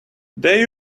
they